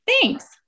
Thanks